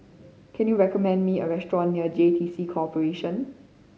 can you recommend me a restaurant near J T C Corporation